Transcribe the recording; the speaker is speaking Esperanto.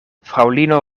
fraŭlino